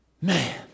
Man